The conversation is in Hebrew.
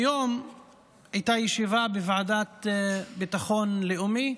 היום הייתה ישיבה בוועדה לביטחון לאומי,